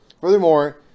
Furthermore